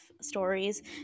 stories